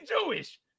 Jewish